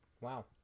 Wow